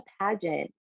pageant